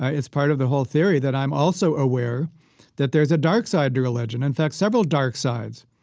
ah it's part of the whole theory that i'm also aware that there's a dark side to religion. in fact, several dark sides,